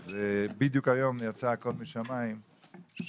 אז בדיוק היום יצא הקול משמיים שזכינו